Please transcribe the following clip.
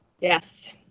Yes